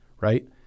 right